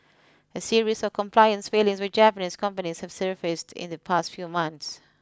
a series of compliance failings with Japanese companies have surfaced in the past few months